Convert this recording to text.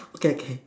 okay okay